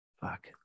fuck